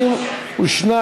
התשע"ה 2015, נתקבלה.